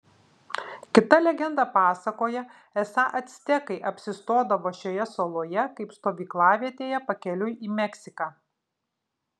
kita legenda pasakoja esą actekai apsistodavo šioje saloje kaip stovyklavietėje pakeliui į meksiką